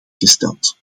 gesteld